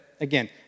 again